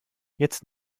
jetzt